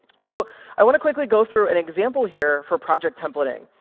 so i want to quickly go through an example here for project templating.